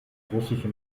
russische